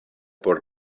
por